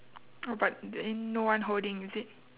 oh but then no one holding is it